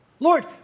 Lord